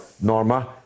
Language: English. Norma